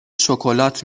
شکلات